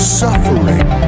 suffering